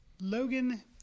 Logan